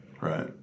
Right